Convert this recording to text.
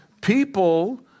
people